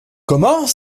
comment